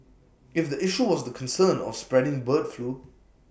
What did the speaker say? if the issue was the concern of spreading bird flu